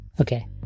Okay